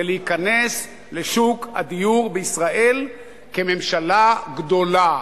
זה להיכנס לשוק הדיור בישראל כממשלה גדולה,